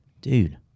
dude